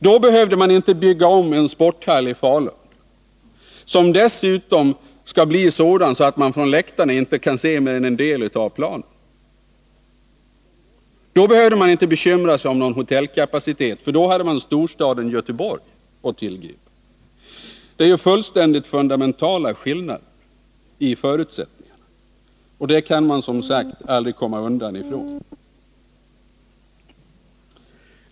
Då behövde man inte bygga om sporthallen i Falun, som dessutom skulle bli sådan att man från läktaren inte skulle kunna se mer än en del av planen. Då behövde man inte bekymra sig om någon hotellkapacitet, för vid det tillfället hade man storstaden Göteborg med dess möjligheter att tillgripa. Det är fullständigt fundamentala skillnader i förutsättningar. Det kan man som sagt aldrig komma ifrån.